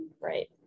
Right